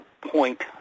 point